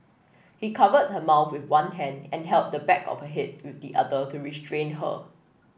he covered her mouth with one hand and held the back of head with the other to restrain her